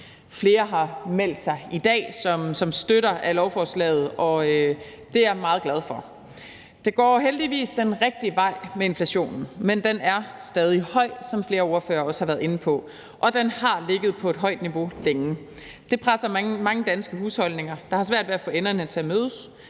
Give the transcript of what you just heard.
Flere har meldt sig i dag som støttere af lovforslaget, og det er jeg meget glad for. Det går heldigvis den rigtige vej med inflationen, men den er stadig høj, som flere ordførere også har været inde på, og den har ligget på et højt niveau længe. Det presser mange danske husholdninger, der har svært ved at få enderne til at mødes.